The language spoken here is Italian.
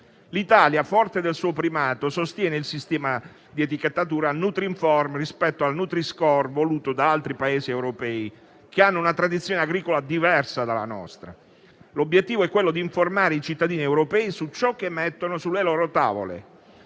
L'Italia, forte del suo primato, sostiene il sistema di etichettatura nutrinform, rispetto al nutri-score voluto da altri Paesi europei, che hanno una tradizione agricola diversa dalla nostra. L'obiettivo è quello di informare i cittadini europei su ciò che mettono sulle loro tavole.